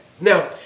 Now